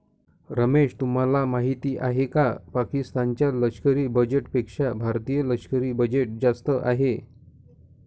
रमेश तुम्हाला माहिती आहे की पाकिस्तान च्या लष्करी बजेटपेक्षा भारतीय लष्करी बजेट जास्त आहे